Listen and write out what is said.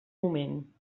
moment